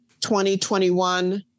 2021